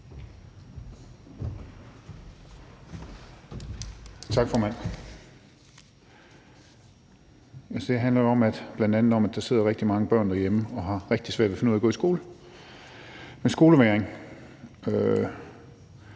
Tak, formand. Det her handler jo bl.a. om, at der sidder rigtig mange børn derhjemme og har rigtig svært ved at finde ud af at gå i skole; de har skolevægring.